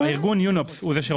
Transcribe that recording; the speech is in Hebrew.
ארגון יונוקס הוא זה שרוכש.